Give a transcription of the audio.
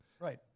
right